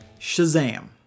Shazam